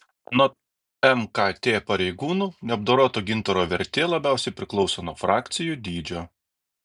anot mkt pareigūnų neapdoroto gintaro vertė labiausiai priklauso nuo frakcijų dydžio